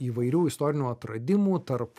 įvairių istorinių atradimų tarp